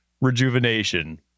Rejuvenation